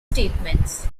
statements